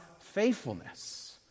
faithfulness